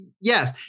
Yes